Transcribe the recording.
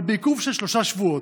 אבל בעיכוב של שלושה שבועות.